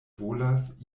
volas